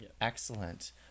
Excellent